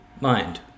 mind